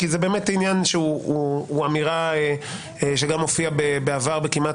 כי זה באמת עניין שהוא אמירה שגם הופיעה בעבר כמעט